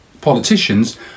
politicians